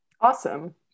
Awesome